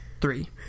three